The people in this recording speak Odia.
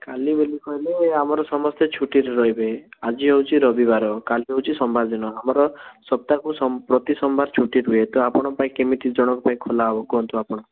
କାଲି ବୋଲି କହିଲେ ଆମର ସମସ୍ତେ ଛୁଟିରେ ରହିବେ ଆଜି ହେଉଛି ରବିବାର କାଲି ହେଉଛି ସୋମବାର ଆମର ସପ୍ତାହକୁ ପ୍ରତି ସୋମବାର ଛୁଟି ରୁହେ ତ ଆପଣଙ୍କ ପାଇଁ କେମିତି ଜଣଙ୍କ ପାଇଁ ଖୋଲା ହବ କୁହନ୍ତୁ ଆପଣ